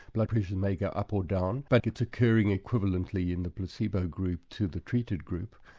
blood pressure may go up or down, but it's occurring equivalently in the placebo group to the treated group,